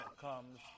comes